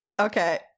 Okay